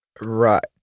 Right